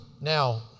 Now